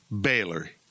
Baylor